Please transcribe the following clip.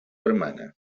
hermana